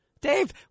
Dave